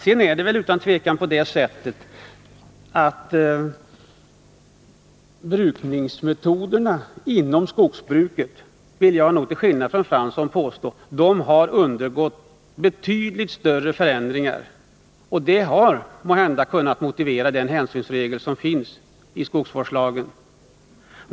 Till skillnad från Jan Fransson vill jag påstå att brukningsmetoderna inom skogsbruket har undergått betydligt större förändringar. Det kan måhända motivera den hänsynsregel som finns i skogsvårdslagen.